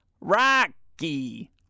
Rocky